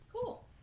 Cool